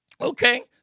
okay